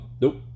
Nope